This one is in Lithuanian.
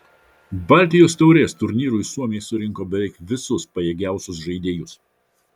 baltijos taurės turnyrui suomiai surinko beveik visus pajėgiausius žaidėjus